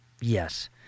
Yes